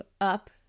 up